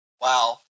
Wow